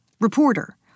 Reporter